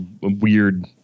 weird